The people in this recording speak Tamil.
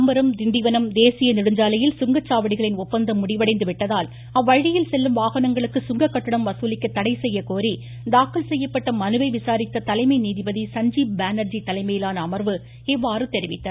தாம்பரம் திண்டிவனம் தேசிய நெடுஞ்சாலையில் சுங்கச்சாவடிகளின் ஒப்பந்தம் முடிவடைந்து விட்டதால் அவ்வழியில் செல்லும் வாகனங்களுக்கு சுங்ககட்டணம் வசூலிக்க தடைசெய்யக்கோரி தாக்கல் செய்யப்பட்ட மனுவை விசாரித்த தலைமை நீதிபதி சஞ்சீப் பானர்ஜி தலைமையிலான அமர்வு இவ்வாறு தெரிவித்துள்ளது